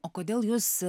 o kodėl jūs